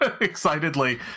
excitedly